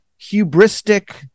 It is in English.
hubristic